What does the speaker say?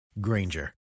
Granger